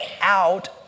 out